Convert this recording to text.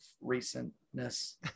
recentness